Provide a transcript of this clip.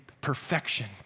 perfection